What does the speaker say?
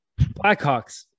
Blackhawks